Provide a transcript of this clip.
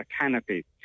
canopy